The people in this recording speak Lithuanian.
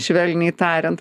švelniai tariant